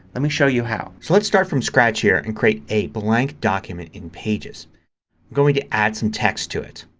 let me show you how. so let's start from scratch here and create a blank document in pages. i'm going to add some text to it.